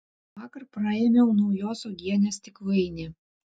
vakar praėmiau naujos uogienės stiklainį